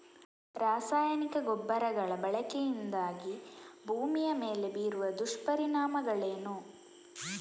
ರಾಸಾಯನಿಕ ಗೊಬ್ಬರಗಳ ಬಳಕೆಯಿಂದಾಗಿ ಭೂಮಿಯ ಮೇಲೆ ಬೀರುವ ದುಷ್ಪರಿಣಾಮಗಳೇನು?